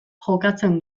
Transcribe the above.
jokatzen